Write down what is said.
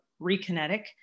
ReKinetic